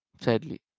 Sadly